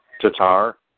Tatar